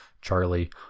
Charlie